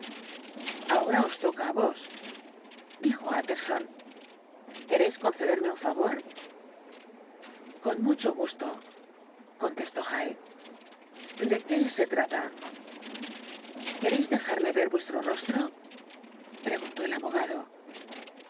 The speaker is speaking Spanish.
ahora os toca á vos dijo utterson queréis concederme un favor con mucho gusto contestó hyde de qué se trata queréis dejarme ver vuestro rostro preguntó el abogado